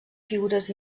figures